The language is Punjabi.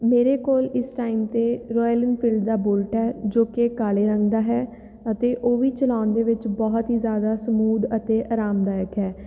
ਮੇਰੇ ਕੋਲ ਇਸ ਟਾਈਮ 'ਤੇ ਰੋਇਲ ਇਨਫਿਲਡ ਦਾ ਬੁਲਟ ਹੈ ਜੋ ਕਿ ਕਾਲੇ ਰੰਗ ਦਾ ਹੈ ਅਤੇ ਉਹ ਵੀ ਚਲਾਉਣ ਦੇ ਵਿੱਚ ਬਹੁਤ ਹੀ ਜ਼ਿਆਦਾ ਸਮੂਦ ਅਤੇ ਆਰਾਮਦਾਇਕ ਹੈ